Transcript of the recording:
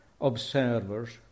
observers